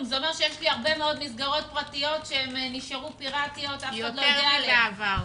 יש הרבה מאוד מסגרות פרטיות שנשאר פיראטיות אף אחד לא יודע עליהן.